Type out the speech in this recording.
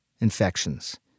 infections